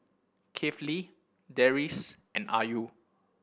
Kifli Deris and Ayu